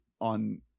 on